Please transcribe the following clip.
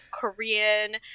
Korean